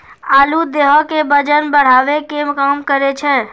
आलू देहो के बजन बढ़ावै के काम करै छै